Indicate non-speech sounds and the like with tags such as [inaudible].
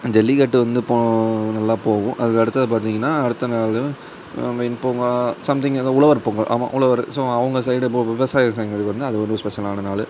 ஜல்லிக்கட்டு வந்து இப்போது நல்லா போகும் அதுக்கடுத்ததாக பார்த்தீங்கன்னா அடுத்த நாள் வெண்பொங்கல் சம்திங் ஏதோ உழவர் பொங்கல் ஆமாம் உழவர் ஸோ அவங்க சைடு இப்போது விவசாய [unintelligible] வந்து அது ஒரு ஸ்பெஷலான நாள்